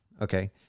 okay